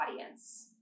audience